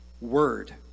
word